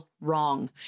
wrong